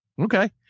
Okay